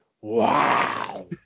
wow